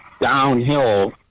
downhill